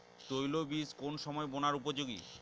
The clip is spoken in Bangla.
তৈল বীজ কোন সময় বোনার উপযোগী?